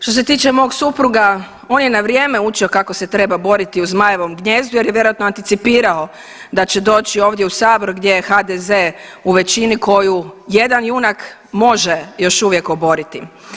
Što se tiče mog supruga, on je na vrijeme učio kako se treba boriti u zmajevom gnijezdu jer je vjerojatno anticipirao da će doći ovdje u Sabor gdje je HDZ u većini koju jedan junak može još uvijek oboriti.